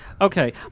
Okay